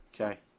Okay